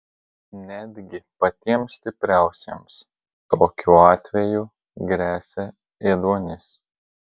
netgi patiems stipriausiems tokiu atveju gresia ėduonis